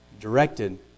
directed